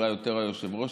אולי יותר של היושב-ראש.